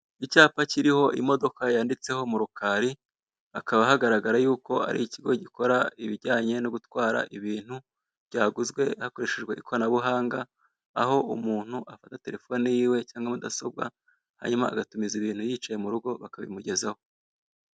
Icyapa kiriho imodoka yanditseho murukari hakaba hagaragara yuko ari ikigo gikora ibijyanye no gutwara ibintu byaguzwe hakoreshejwe ikoranabuhanga aho umuntu afata telefone yiwe cyangwa mudasobwa hanyuma agatumiza ibintu yicaye murugo bakabimugezaho.